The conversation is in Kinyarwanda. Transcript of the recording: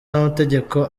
n’amategeko